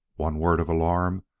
one word of alarm,